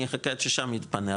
אני אחכה עד ששם יתפנה,